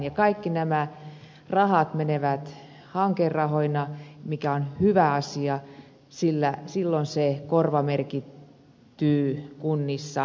ja kaikki nämä rahat menevät hankerahoina mikä on hyvä asia sillä silloin se korvamerkittyy kunnissa eli siellä loppukäyttäjän luona